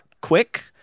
quick